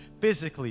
physically